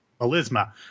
Melisma